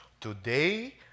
Today